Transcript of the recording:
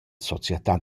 società